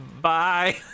bye